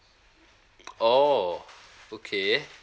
oh okay